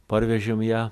parvežėme ją